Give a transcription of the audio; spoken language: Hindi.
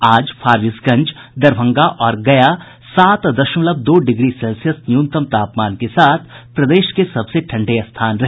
आज फारबिसगंज दरभंगा और गया सात दशमलव दो डिग्री सेल्सियस न्यूनतम तापमान के साथ प्रदेश के सबसे ठंडे स्थान रहे